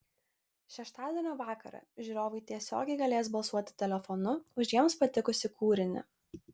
šeštadienio vakarą žiūrovai tiesiogiai galės balsuoti telefonu už jiems patikusį kūrinį